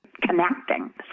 connecting